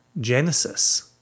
Genesis